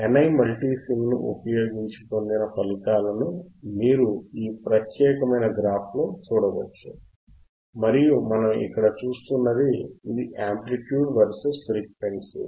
NI మల్టీసిమ్ను ఉపయోగించి పొందిన ఫలితాలను మీరు ఈ ప్రత్యేకమైన గ్రాఫ్లో చూడవచ్చు మరియు మనం ఇక్కడ చూస్తున్నది ఇది యాంప్లిట్యూడ్ వర్సెస్ ఫ్రీక్వెన్సీ